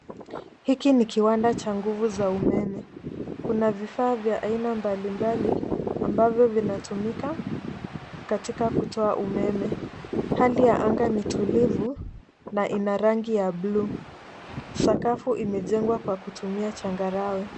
Hiki ni kiwanda cha nguvu za umeme. Kuna vifaa vya aina mbalimbali ambavyo vinatumika katika kutoa umeme. Hali ya anga ni tulivu na ina rangi ya buluu. Sakafu imejengwa kwa kutumia changarawe.